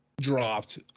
dropped